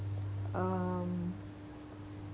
um